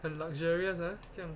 很 luxurious uh 这样